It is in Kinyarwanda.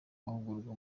mahugurwa